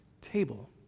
table